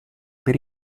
per